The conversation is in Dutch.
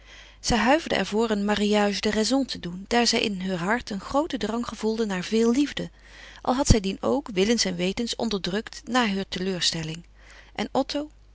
zij huiverde er voor een mariage de raison te doen daar zij in heur hart een grooten drang gevoelde naar veel liefde al had zij dien ook willens en wetens onderdrukt na heur teleurstelling en otto